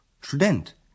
Student